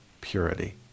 purity